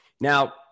Now